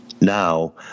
now